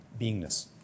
beingness